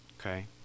okay